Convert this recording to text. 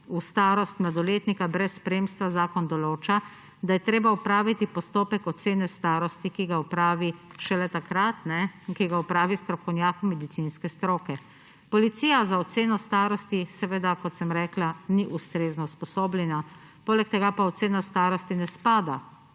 v starost mladoletnika brez spremstva zakon določa, da je treba opraviti postopek ocene starosti, ki ga opravi šele takrat, kajne, in ki ga opravi strokovnjak medicinske stroke. Policija za oceno starosti seveda, kot sem rekla, ni ustrezno usposobljena, poleg tega pa ocena starosti ne spada